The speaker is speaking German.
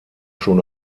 schon